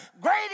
Great